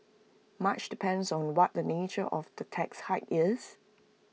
much depends on what the nature of the tax hike is